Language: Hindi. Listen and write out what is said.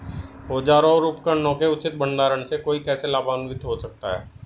औजारों और उपकरणों के उचित भंडारण से कोई कैसे लाभान्वित हो सकता है?